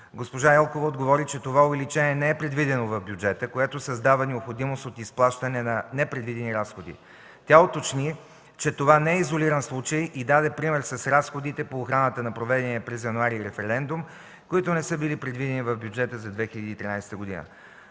Госпожа Елкова отговори, че това увеличение не е предвидено в бюджета, което създава необходимост от изплащане на непредвидени разходи. Тя уточни, че това не е изолиран случай и даде пример с разходите по охраната на проведения през януари референдум, които не са били предвидени в бюджета за 2013 г.